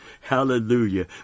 Hallelujah